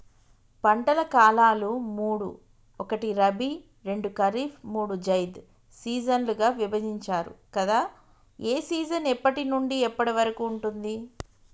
పంటల కాలాలు మూడు ఒకటి రబీ రెండు ఖరీఫ్ మూడు జైద్ సీజన్లుగా విభజించారు కదా ఏ సీజన్ ఎప్పటి నుండి ఎప్పటి వరకు ఉంటుంది?